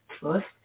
first